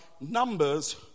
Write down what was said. numbers